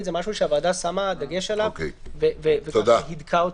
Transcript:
זה משהו שהוועדה שמה דגש עליו והידקה אותו.